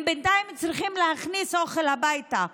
הם בינתיים צריכים להכניס אוכל הביתה.